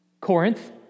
Corinth